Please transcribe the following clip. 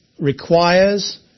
requires